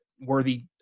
worthy